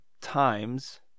times